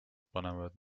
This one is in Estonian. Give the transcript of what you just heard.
panevad